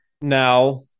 now